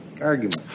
argument